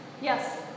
Yes